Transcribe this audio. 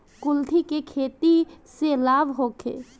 कुलथी के खेती से लाभ होखे?